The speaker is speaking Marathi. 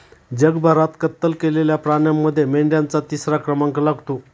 जगभरात कत्तल केलेल्या प्राण्यांमध्ये मेंढ्यांचा तिसरा क्रमांक लागतो